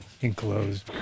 enclosed